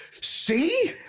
see